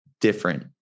different